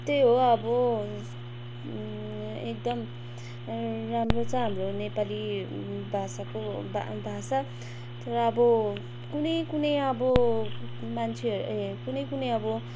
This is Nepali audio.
त्यही हो अब एकदम राम्रो छ हाम्रो नेपाली भाषाको भाषा तर अब कुनै कुनैे अब मान्छे ए कुनै कुनै अब